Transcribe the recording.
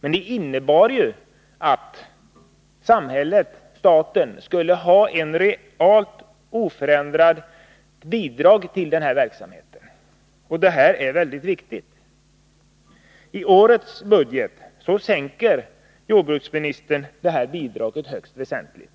Men det innebar att samhället, staten, skulle lämna ett realt oförändrat bidrag till den verksamheten. Och det här är mycket viktigt. Tårets budgetproposition sänker jordbruksministern bidraget till distriktsveterinärsorganisationen högst väsentligt.